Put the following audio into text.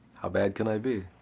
how bad can i be?